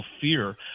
fear